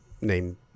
name